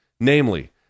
Namely